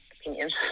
opinions